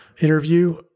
interview